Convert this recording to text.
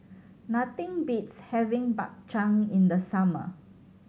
nothing beats having Bak Chang in the summer